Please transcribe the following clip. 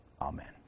Amen